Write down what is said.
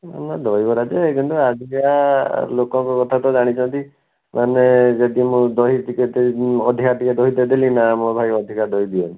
ଭଲ ଦହିବରା ଯେ କିନ୍ତୁ ଆଜିକା ଲୋକଙ୍କ କଥା ତ ଜାଣିଛନ୍ତି ମାନେ ଯଦି ମୁଁ ଦହି ଟିକେ ଦେବୁ ଅଧିକା ଟିକେ ଦହି ଦେଇ ଦେଲି ନା ଭାଇ ଅଧିକା ଦହି ଦିଅନି